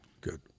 Good